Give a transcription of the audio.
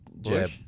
Jeb